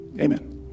Amen